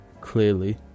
clearly